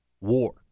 war